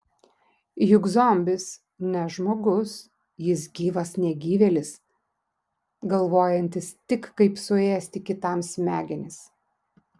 juk zombis ne žmogus jis gyvas negyvėlis galvojantis tik kaip suėsti kitam smegenis